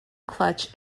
clutch